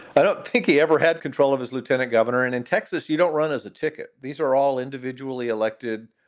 i don't think he ever had control of his lieutenant governor. and in texas, you don't run as a ticket. these are all individually elected.